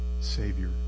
Savior